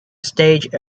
stage